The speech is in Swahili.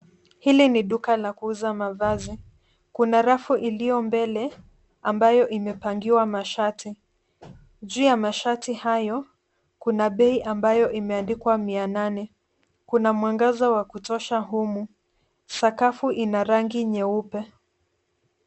Hili ni duka la kuuza mavazi. Kuna rafu iliyo mbele ambayo imepangiwa mashati. Juu ya mashati hayo kuna bei ambayo imeandikwa mia nane. Kuna mwangaza wa kutosha humu. Sakafu ina rangi nyeupe.